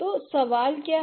तो सवाल क्या हैं